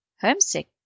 homesick